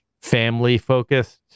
family-focused